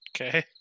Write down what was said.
Okay